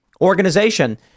organization